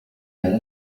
على